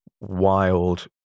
wild